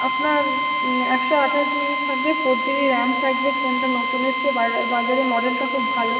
আপনার একশো আঠাশ জিবি থাকবে ফোর জিবি র্যাম থাকবে ফোনটা নতুন এসছে বাজারে বাজারে মডেলটা খুব ভালো